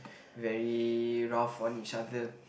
very rough on each other